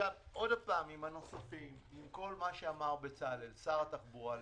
עם כל מה שאמר בצלאל סמוטריץ', שר התחבורה לשעבר,